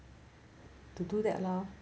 to do that lor